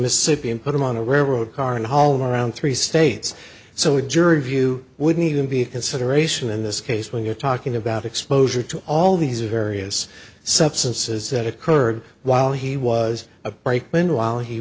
mississippi and put them on a railroad car and home around three states so jury view wouldn't even be a consideration in this case when you're talking about exposure to all these or various substances that occurred while he was a brakeman while he